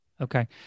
Okay